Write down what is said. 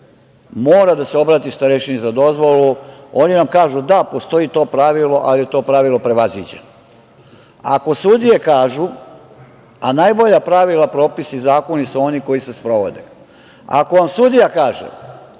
mora da se obrati starešini za dozvolu, oni nam kažu – da, postoji to pravilo, ali je to pravilo prevaziđeno, a najbolja pravila, propisi i zakoni su oni koji se sprovode. Ako vam sudija kaže